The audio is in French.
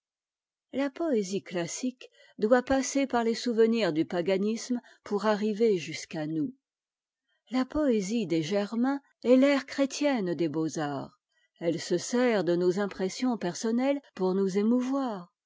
la poésie classique doit passer par les souvenirs du paganisme pour arriver jusqu'à nous la poésie des germains est t'ère chétienne des beaux-arts elle se sert de nos impressions personnelles pour nous émouvoir